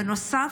בנוסף,